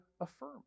affirm